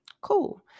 Cool